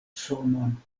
sonon